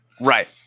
Right